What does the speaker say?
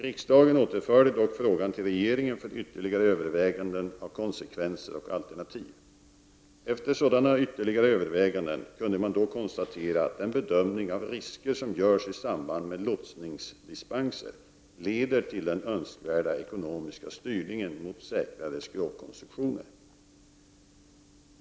Riksdagen återförde dock frågan till regeringen för ytterligare överväganden av konsekvenser och alternativ. Efter sådana ytterligare överväganden kunde man då konstatera att den bedömning av risker som görs i samband med lotsningsdispenser leder till den önskvärda ekonomiska styrningen mot säkrare skrovkonstruktioner.